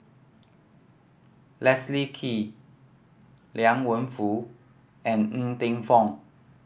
Leslie Kee Liang Wenfu and Ng Teng Fong